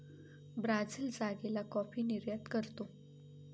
Brazil जागेला coffee निर्यात करतो